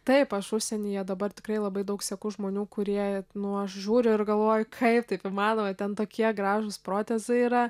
taip aš užsienyje dabar tikrai labai daug seku žmonių kurie nu žiūri ir galvoji kaip taip įmanoma ten tokie gražūs protezai yra